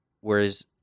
Whereas